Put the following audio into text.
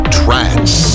trance